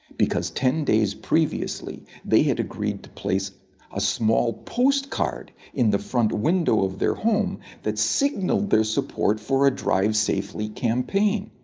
because ten days previously, they had agreed to place a small postcard in the front window of their home that signaled their support for a drive safely campaign.